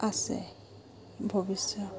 আছে ভৱিষ্যত